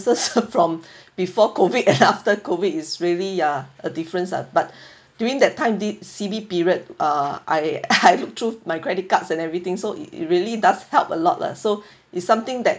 from before COVID after COVID is really ah a difference lah but during that time d~ C_B period ah I I look through my credit cards and everything so it it really does help a lot lah so it's something that